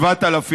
או 7,000 איש.